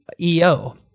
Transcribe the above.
EO